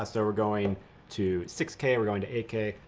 ah so we're going to six k, we're going to eight k.